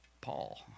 Paul